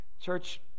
Church